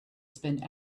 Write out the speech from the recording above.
spend